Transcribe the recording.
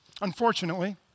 Unfortunately